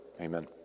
amen